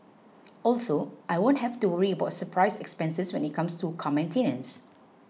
also I won't have to worry about surprise expenses when it comes to car maintenance